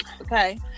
okay